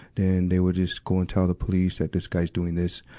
then they would just go and tell the police that this guy is doing this.